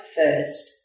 first